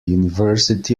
university